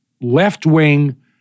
left-wing